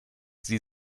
sie